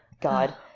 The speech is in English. God